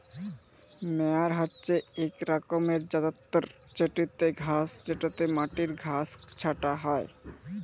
মেয়ার হছে ইক রকমের যল্তর যেটতে মাটির ঘাঁস ছাঁটা হ্যয়